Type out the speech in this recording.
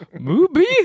Movie